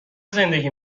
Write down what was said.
زندگی